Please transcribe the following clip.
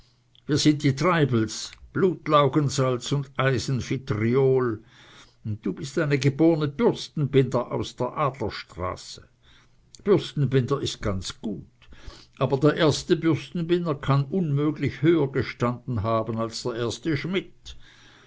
wir sind die treibels blutlaugensalz und eisenvitriol und du bist eine geborne bürstenbinder aus der adlerstraße bürstenbinder ist ganz gut aber der erste bürstenbinder kann unmöglich höher gestanden haben als der erste schmidt